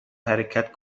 حرکت